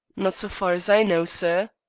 not so far as i know, sir.